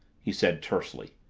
he said tersely,